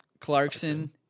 Clarkson